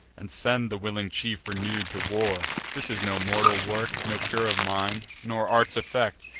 and send the willing chief, renew'd, to war. this is no mortal work, no cure of mine, nor art's effect,